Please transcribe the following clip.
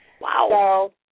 Wow